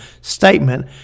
statement